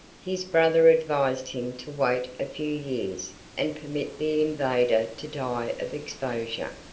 his brother advised him to wait a few years and permit the invader to die of exposure.